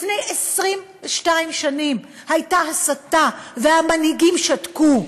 לפני 22 שנים הייתה הסתה והמנהיגים שתקו.